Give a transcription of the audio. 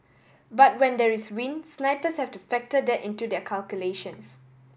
but when there is wind snipers have to factor that into their calculations